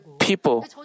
people